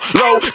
low